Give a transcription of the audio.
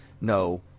no